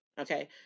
okay